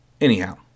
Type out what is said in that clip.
Anyhow